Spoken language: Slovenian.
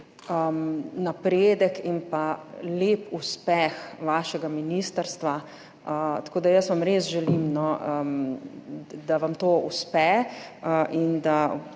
napredek in lep uspeh vašega ministrstva. Tako da vam res želim, da vam to uspe in da